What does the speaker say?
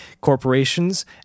corporations